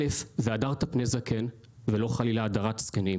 "והדרת פני זקן" ולא חלילה הדרת זקנים.